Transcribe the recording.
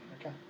Okay